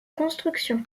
construction